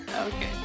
Okay